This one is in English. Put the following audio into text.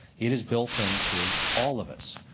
it is built into all of us.